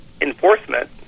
enforcement